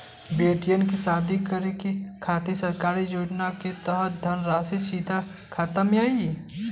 बेटियन के शादी करे के खातिर सरकारी योजना के तहत धनराशि सीधे खाता मे आई?